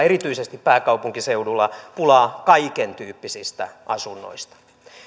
erityisesti pääkaupunkiseudulla pulaa kaikentyyppisistä asunnoista